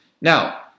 Now